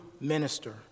Minister